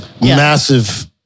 massive